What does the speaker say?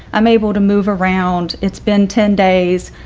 i'm able to move around, it's been ten days,